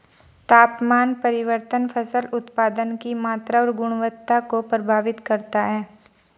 तापमान परिवर्तन फसल उत्पादन की मात्रा और गुणवत्ता को प्रभावित करता है